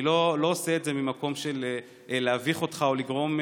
אני לא עושה את זה ממקום של להביך אותך או לגרום,